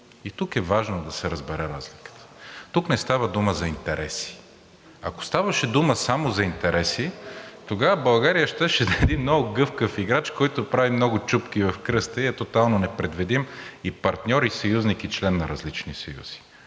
И тук е важно да се разбере разликата. Тук не става дума за интереси. Ако ставаше дума само за интереси, тогава България щеше да е един много гъвкав играч, който прави много чупки в кръста и е тотално непредвидим – и партньор, и съюзник, и член на различни съюзи.